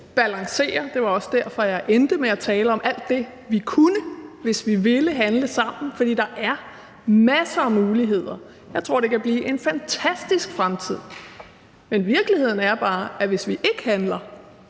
balancere det, og det var også derfor, jeg endte med at tale om alt det, vi kunne, hvis vi ville handle sammen, fordi der er masser af muligheder. Jeg tror, det kan blive en fantastisk fremtid. Men virkeligheden er bare, at hvis ikke vi handler,